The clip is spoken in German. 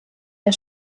der